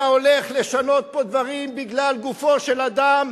אתה הולך לשנות פה דברים בגלל גופו של אדם.